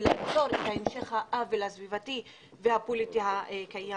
ולעצו את המשך העוול הסביבתי והפוליטי הקיים.